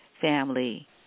family